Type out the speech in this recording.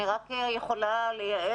בלה, אני רק יכולה לייעץ,